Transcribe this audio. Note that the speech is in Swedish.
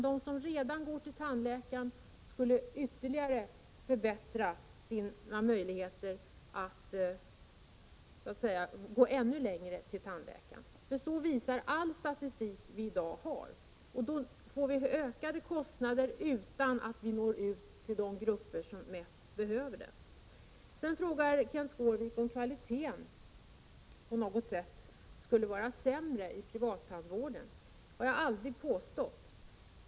De som redan går till tandläkaren skulle efterfråga ytterligare tandvård. Det visar all den statistik som vi i dag har. Då får vi ökade kostnader utan att vi når ut till de grupper som mest behöver det. Vidare frågar Kenth Skårvik om kvaliteten på något sätt skulle vara sämre i privattandvården. Det har jag aldrig påstått.